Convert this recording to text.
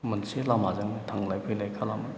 मोनसे लामाजोंनो थांलाय फैलाय खालामो